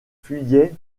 fuyait